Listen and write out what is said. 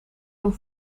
doen